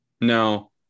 No